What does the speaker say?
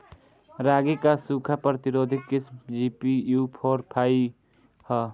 रागी क सूखा प्रतिरोधी किस्म जी.पी.यू फोर फाइव ह?